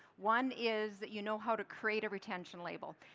one is that you know how to create a retention label.